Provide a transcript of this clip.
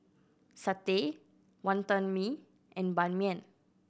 satay Wonton Mee and Ban Mian